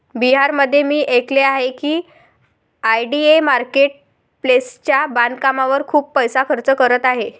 बिहारमध्ये मी ऐकले आहे की आय.डी.ए मार्केट प्लेसच्या बांधकामावर खूप पैसा खर्च करत आहे